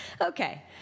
Okay